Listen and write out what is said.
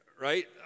Right